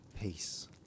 peace